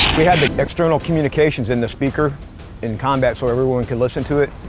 we had the external communications in the speaker in combat so everyone can listen to it.